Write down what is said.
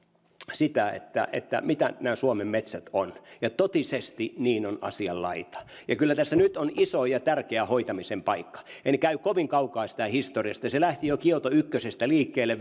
sitä mitä nämä suomen metsät ovat ja totisesti niin on asianlaita ja kyllä tässä nyt on iso ja tärkeä hoitamisen paikka en käy sitä läpi kovin kaukaa historiasta se väärä tulkinta lähti jo kioto yhdestä liikkeelle